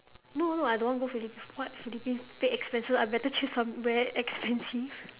no no I don't want go philippine what philippine paid expenses I better choose somewhere expensive